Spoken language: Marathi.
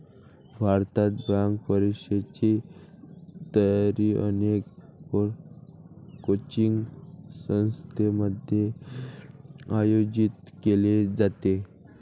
भारतात, बँक परीक्षेची तयारी अनेक कोचिंग संस्थांमध्ये आयोजित केली जाते